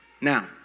Now